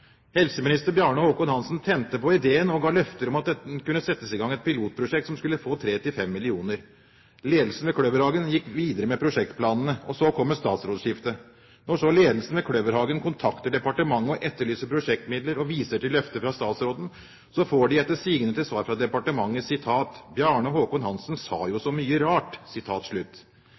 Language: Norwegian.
helseminister Bjarne Håkon Hanssen tente på ideen og ga løfter om at det kunne settes i gang et pilotprosjekt som skulle få 3–5 mill. kr. Ledelsen ved Kløverhagen gikk videre med prosjektplanene – og så kom statsrådsskiftet. Når så ledelsen ved Kløverhagen kontakter departementet, etterlyser prosjektmidler og viser til løftet fra statsråden, får de etter sigende som svar fra departementet at Bjarne Håkon Hanssen sa jo så mye rart.